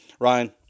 Ryan